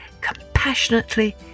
compassionately